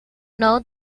know